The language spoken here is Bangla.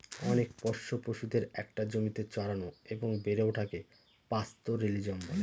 অনেক পোষ্য পশুদের একটা জমিতে চড়ানো এবং বেড়ে ওঠাকে পাস্তোরেলিজম বলে